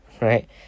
right